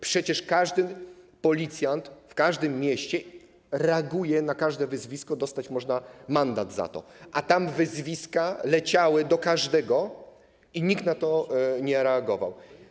Przecież każdy policjant w każdym mieście reaguje na każde wyzwisko, dostać można mandat za to, a tam wyzwiska leciały do każdego i nikt na to nie reagował.